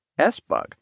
SBUG